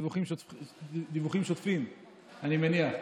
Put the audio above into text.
אני מניח.